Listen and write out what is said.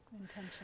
Intention